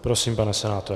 Prosím, pane senátore.